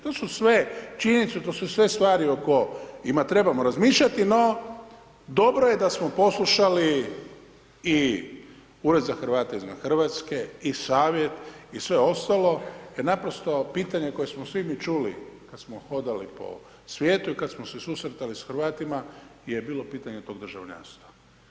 To su sve činjenice, to su sve stvari o kojima trebamo razmišljati no dobro je da smo poslušali i Ured za Hrvate izvan Hrvatske i savjet i sve ostalo jer naprosto pitanje koje smo svi mi čuli, kad smo hodali po svijetu i kad smo se susretali s Hrvatima je bilo pitanje tog državljanstva.